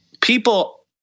people